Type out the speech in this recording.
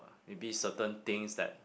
maybe certain things that